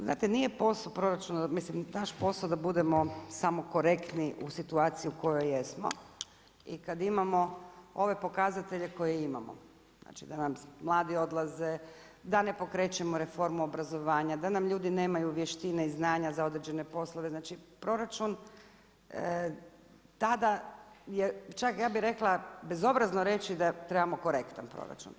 Znate nije posao proračuna, mislim, naš posao da budemo samo korektni u situaciji u kojoj jesmo i kad imamo ove pokazatelje koje imamo, znači da nam mladi odlaze, da ne pokrećemo reformu obrazovanja da nam ljudi nemaju vještine i znanja za određene poslove, znači, proračun tada je čak, ja bi rekla, bezobrazno reći da trebamo korektan proračun.